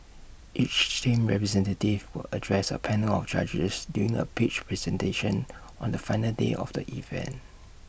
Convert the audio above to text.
each team's representative will address A panel of judges during A pitch presentation on the final day of the event